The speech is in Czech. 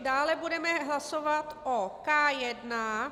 Dále budeme hlasovat o K1.